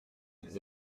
nous